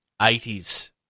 80s